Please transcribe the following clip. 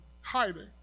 hiding